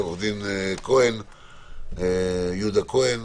לעו"ד יהודה כהן,